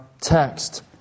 text